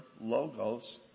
Logos